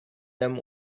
them